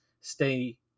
stay